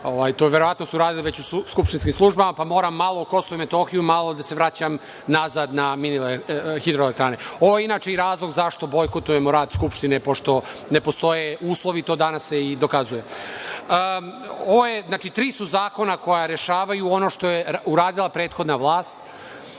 to su verovatno uradili već u skupštinskim službama, pa moram malo o Kosovu i Metohiji, a malo da se vraćam nazad na mini hidroelektrane. Ovo je inače i razlog zašto bojkotujemo rad Skupštine, pošto ne postoje uslove, a to se danas i dokazuje. Znači, tri su zakona koja rešavaju ono što je uradila prethodna vlast,